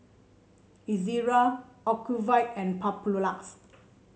Ezerra Ocuvite and Papulex